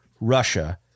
Russia